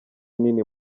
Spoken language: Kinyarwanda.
nini